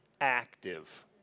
active